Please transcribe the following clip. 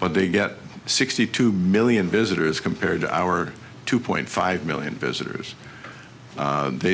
but they get sixty two million visitors compared to our two point five million visitors they